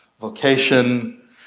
vocation